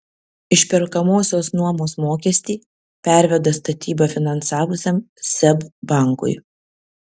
išperkamosios nuomos mokestį perveda statybą finansavusiam seb bankui